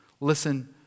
Listen